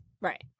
Right